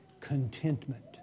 Contentment